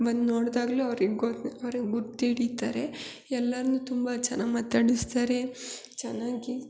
ಬಂದು ನೋಡಿದಾಗ್ಲೂ ಅವ್ರಿಗೆ ಗೊತ್ತು ಅವರು ಗುರ್ತು ಹಿಡಿತಾರೆ ಎಲ್ಲರನ್ನೂ ತುಂಬ ಜನ ಮಾತಾಡಿಸ್ತಾರೆ ಚೆನ್ನಾಗಿ